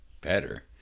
Better